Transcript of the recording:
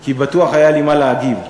כי בטוח היה לי מה להגיב.